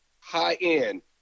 high-end